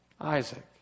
Isaac